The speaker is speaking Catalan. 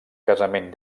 casament